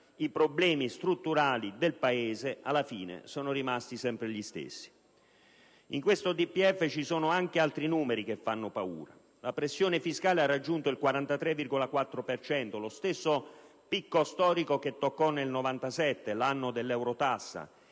i problemi strutturali del Paese alla fine sono rimasti sempre gli stessi. In questo DPEF ci sono anche altri numeri che fanno paura. La pressione fiscale ha raggiunto il 43,4 per cento: lo stesso picco storico che toccò nel 1997, l'anno dell'eurotassa,